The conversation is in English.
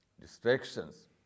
distractions